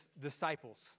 disciples